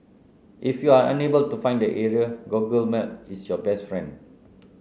if you're unable to find the area Google Maps is your best friend